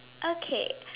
okay